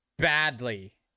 badly